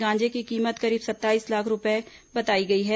गांजे की कीमत करीब सत्ताईस लाख रूपये बताई गई है